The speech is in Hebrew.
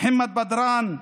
מוחמד בדראן,